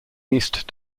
east